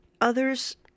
others